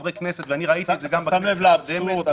אתה שם לב לאבסורד?